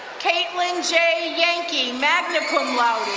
kaitlyn j. yankee, magna cum laude.